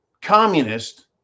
communist